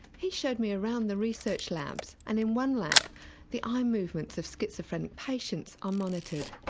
he showed me around the research labs and in one lab the eye movements of schizophrenic patients are monitored.